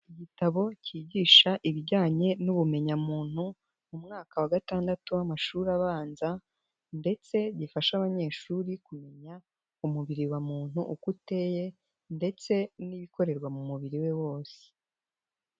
Igitabo kigisha ibijyanye n'ubumenyamuntu mu mwaka wa gatandatu w'amashuri abanza ndetse gifasha abanyeshuri kumenya umubiri wa muntu uko uteye ndetse n'ibikorerwa mu mubiri we wose.